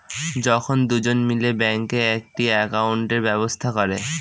যখন দুজন মিলে ব্যাঙ্কে একটি একাউন্টের ব্যবস্থা করে